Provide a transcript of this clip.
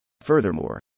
Furthermore